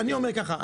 אני אומר כך,